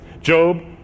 Job